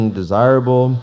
desirable